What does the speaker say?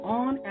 on